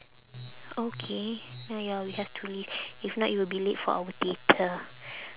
okay ya ya we have to leave if not you will be late for our theatre